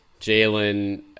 Jalen –